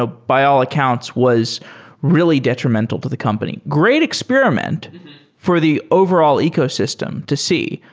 ah by all accounts, was really detrimental to the company. great experiment for the overall ecosystem to see.